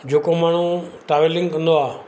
जेको माण्हू ट्रेवलिंग कंदो आहे